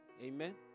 Amen